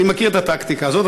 אני מכיר את הטקטיקה הזאת,